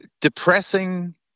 depressing